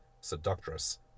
seductress